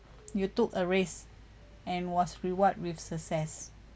you took a risk and was reward with success